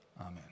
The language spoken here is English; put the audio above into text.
Amen